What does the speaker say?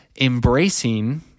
embracing